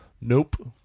Nope